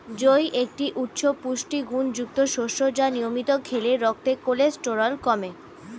জই একটি উচ্চ পুষ্টিগুণযুক্ত শস্য যা নিয়মিত খেলে রক্তের কোলেস্টেরল কমে